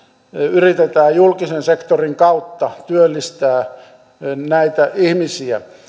yritetään julkisen sektorin kautta työllistää näitä ihmisiä